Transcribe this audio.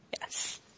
Yes